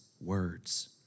words